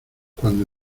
cuando